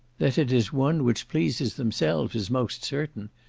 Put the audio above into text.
that it is one which pleases themselves is most certain,